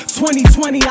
2020